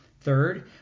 Third